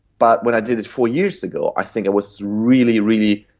but when i did it four years ago i think it was really, really,